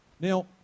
now